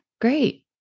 great